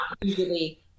usually